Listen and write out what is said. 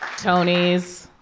tonys,